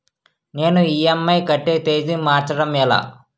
నేను ఇ.ఎం.ఐ కట్టే తేదీ మార్చడం ఎలా?